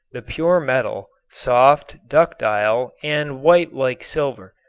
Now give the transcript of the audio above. the pure metal, soft, ductile and white like silver.